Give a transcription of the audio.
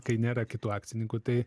kai nėra kitų akcininkų tai